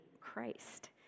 Christ